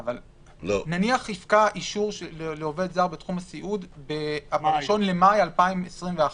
נניח יפקע אישור לעובד זר בתחום הסיעוד ב-1 במאי 2021,